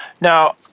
Now